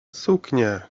suknie